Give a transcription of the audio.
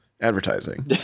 advertising